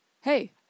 hey